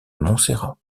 montserrat